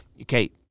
Okay